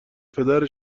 پدر